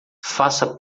faça